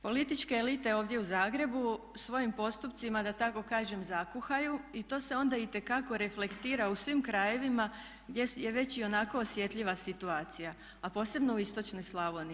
Političke elite ovdje u Zagrebu svojim postupcima da tako kažem zakuhaju i to se onda itekako reflektira u svim krajevima gdje je već i onako osjetljiva situacija, a posebno u istočnoj Slavoniji.